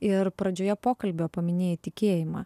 ir pradžioje pokalbio paminėjai tikėjimą